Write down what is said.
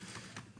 הקואליציוניים.